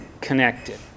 connected